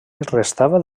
restava